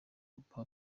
guha